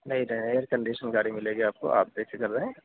نہیں نہیں air condition گاڑی ملے گی آپ کو آپ بےفکر رہیں